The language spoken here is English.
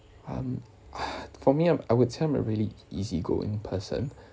um uh for me I'm I would say I'm a really easygoing person